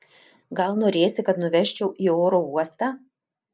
gal norėsi kad nuvežčiau į oro uostą